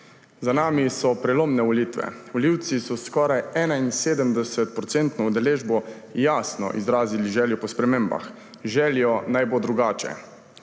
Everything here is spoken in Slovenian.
Za nami so prelomne volitve. Volivci so s skoraj 71-odstotno udeležbo jasno izrazili željo po spremembah, željo, naj bo drugače.